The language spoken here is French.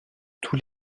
tous